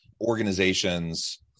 organizations